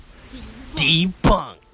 debunked